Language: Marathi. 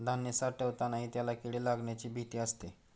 धान्य साठवतानाही त्याला किडे लागण्याची भीती असते